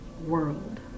world